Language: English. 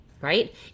right